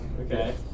Okay